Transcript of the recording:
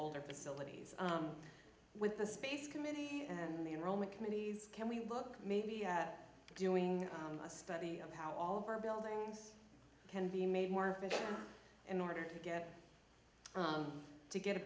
the facilities with the space committee and the enrollment committees can we look maybe at doing a study on how all of our buildings can be made more efficient in order to get to get a